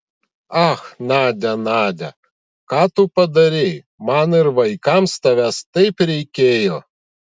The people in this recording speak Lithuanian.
ach nadia nadia ką tu padarei man ir vaikams tavęs taip reikėjo